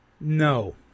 No